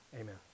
Amen